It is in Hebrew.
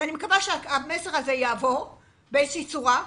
ואני מקווה שהמסר הזה יעבור באיזושהי צורה.